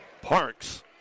Parks